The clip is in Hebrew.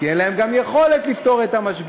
כי גם אין להם יכולת לפתור את המשבר,